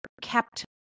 kept